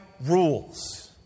rules